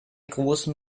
großen